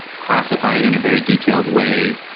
classify it in a very detailed way.